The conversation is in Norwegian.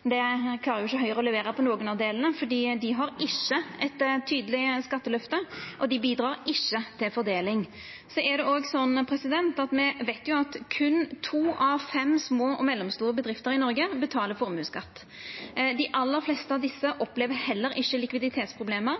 Høgre klarar ikkje å levera på nokon av delane, for dei har ikkje eit tydeleg skatteløfte, og dei bidreg ikkje til fordeling. Så veit me at berre to av fem små og mellomstore bedrifter i Noreg betaler formuesskatt. Dei aller fleste av desse opplever heller ikkje likviditetsproblem,